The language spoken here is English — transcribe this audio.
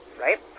right